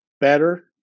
better